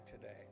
today